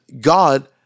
God